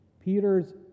Peter's